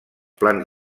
plans